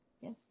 Yes